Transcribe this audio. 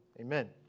Amen